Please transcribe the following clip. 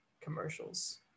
commercials